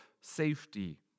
safety